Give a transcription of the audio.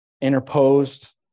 interposed